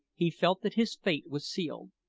he felt that his fate was sealed,